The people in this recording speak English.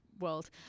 world